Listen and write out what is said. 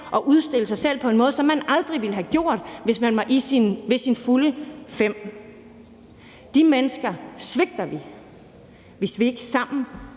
og udstille sig selv på en måde, som man aldrig ville have gjort, hvis man var ved sine fulde fem. De mennesker svigter vi, hvis vi ikke sammen